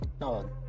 No